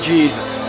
Jesus